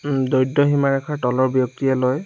দৰিদ্ৰসীমা ৰেখাৰ তলৰ ব্য়ক্তিয়ে লয়